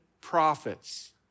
prophets